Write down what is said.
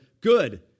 Good